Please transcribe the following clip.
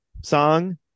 song